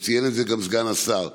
וציין את זה גם סגן השר,